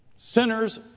Sinners